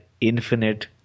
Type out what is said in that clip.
infinite